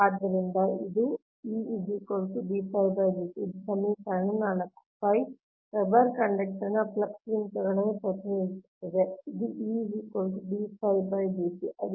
ಆದ್ದರಿಂದ ಇದು ಇದು ಸಮೀಕರಣ 4 ವೆಬರ್ ಕಂಡಕ್ಟರ್ನ ಫ್ಲಕ್ಸ್ ಲಿಂಕ್ಗಳನ್ನು ಪ್ರತಿನಿಧಿಸುತ್ತದೆ ಇದು ಅದು